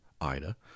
Ida